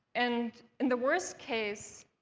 and in the worst case,